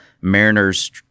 Mariners